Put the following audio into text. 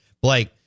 Blake